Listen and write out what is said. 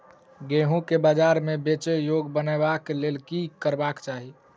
गेंहूँ केँ बजार मे बेचै योग्य बनाबय लेल की सब करबाक चाहि?